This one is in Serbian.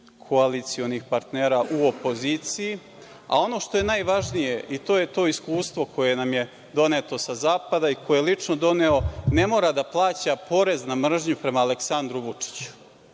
koalicionih partnera u opoziciji, a ono što je najvažnije, i to je to iskustvo koje nam je doneto sa zapada i koje je lično doneo, ne mora da plaća porez na mržnju prema Aleksandru Vučiću,